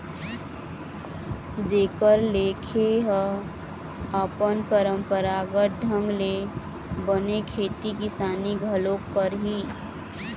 जेखर ले खे ह अपन पंरापरागत ढंग ले बने खेती किसानी घलोक करही